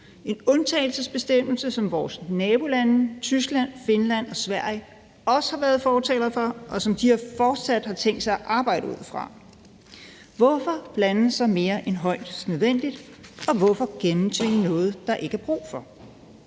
en undtagelsesbestemmelse, som vores nabolande Tyskland, Finland og Sverige også har været fortalere for, og som de fortsat har tænkt sig at arbejde ud fra. Hvorfor blande sig mere end højst nødvendigt, og hvorfor gennemtvinge noget, der ikke er brug for?